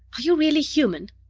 are you really human?